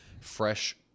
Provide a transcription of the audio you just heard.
fresh